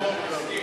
אני מסכים.